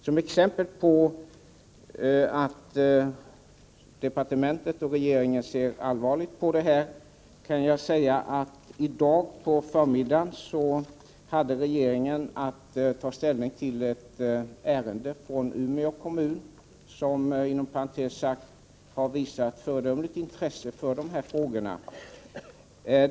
Som exempel på att departementet och regeringen ser allvarligt på saken kan jag nämna att regeringen i dag på förmiddagen hade att ta ställning till ett ärende från Umeå kommun, som inom parentes sagt visat föredömligt intresse för de här frågorna.